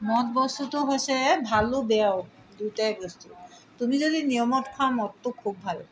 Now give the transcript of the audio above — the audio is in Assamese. মদ বস্তুটো হৈছে ভালো বেয়াও দুটাই বস্তু তুমি যদি নিয়মত খোৱা মদটো খুব ভাল